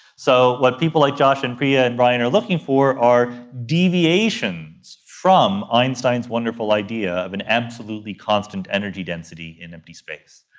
so what people like josh and priya and brian are looking for are deviations from einstein's wonderful idea of an absolutely constant energy density in empty space.